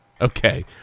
okay